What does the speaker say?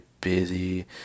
busy